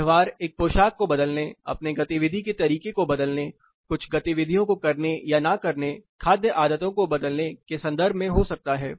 व्यवहार एक पोशाक को बदलने अपने गतिविधि के तरीके को बदलने कुछ गतिविधियों को करने या न करने खाद्य आदतों को बदलने के संदर्भ में हो सकता है